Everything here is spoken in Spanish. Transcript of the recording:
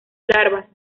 larvas